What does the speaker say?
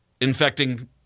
infecting